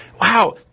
Wow